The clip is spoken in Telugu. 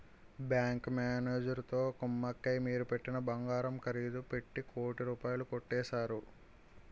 బ్యాంకు మేనేజరుతో కుమ్మక్కై మీరు పెట్టిన బంగారం ఖరీదు పెట్టి కోటి రూపాయలు కొట్టేశారు